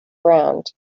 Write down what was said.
ground